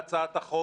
להצעת החוק